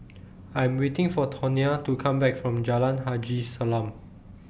I'm waiting For Tonya to Come Back from Jalan Haji Salam